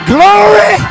Glory